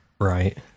Right